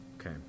okay